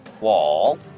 wall